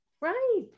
right